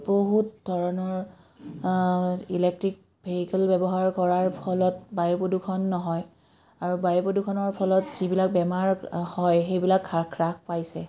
বহুত ধৰণৰ electric vehicle ব্যৱহাৰ কৰাৰ ফলত বায়ু প্ৰদূষণ নহয় আৰু বায়ু প্ৰদূষণৰ ফলত যিবিলাক বেমাৰ হয় সেইবিলাক হ্ৰ হ্ৰাস পাইছে